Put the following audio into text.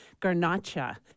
Garnacha